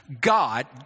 God